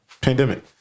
pandemic